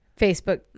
Facebook